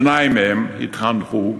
שניים מהם התחנכו כאן.